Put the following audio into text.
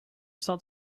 start